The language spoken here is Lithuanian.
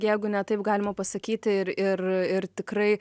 jeigu ne taip galima pasakyti ir ir ir tikrai